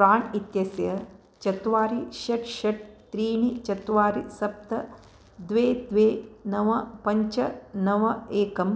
प्राण् इत्यस्य चत्वारि षट् षट् त्रीणि चत्वारि सप्त द्वे द्वे नव पञ्च नव एकं